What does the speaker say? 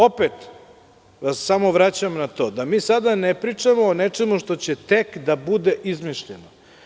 Opet, vraćam se na to, da mi sada ne pričamo o nečemu što će tek da bude izmišljeno.